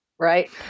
Right